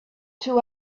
two